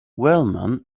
wellman